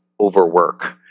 overwork